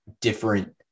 different